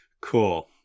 Cool